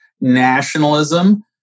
nationalism